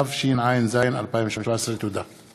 התשע"ז 2017. תודה.